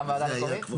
גם ועדה מקומית?